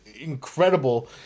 Incredible